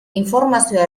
informazioa